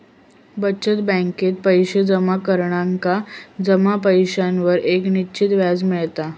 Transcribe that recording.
बचत बॅकेत पैशे जमा करणार्यांका जमा पैशांवर एक निश्चित व्याज मिळता